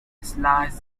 slice